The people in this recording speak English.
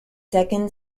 second